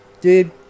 Dude